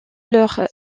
leur